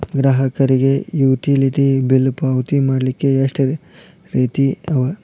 ಗ್ರಾಹಕರಿಗೆ utility bill ಪಾವತಿ ಮಾಡ್ಲಿಕ್ಕೆ ಎಷ್ಟ ರೇತಿ ಅವ?